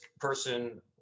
person